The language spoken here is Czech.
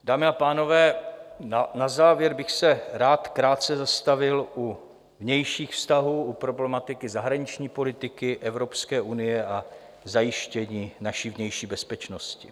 Dámy a pánové, na závěr bych se rád krátce zastavil u vnějších vztahů, u problematiky zahraniční politiky, Evropské unie a zajištění naší vnější bezpečnosti.